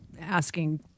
asking